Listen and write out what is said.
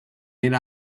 made